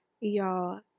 y'all